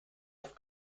oft